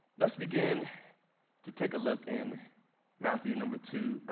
let's begin to take a look in matthew number two,